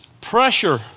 pressure